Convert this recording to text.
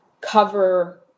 cover